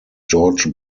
george